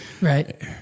Right